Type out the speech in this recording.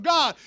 God